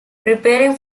preparing